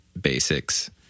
basics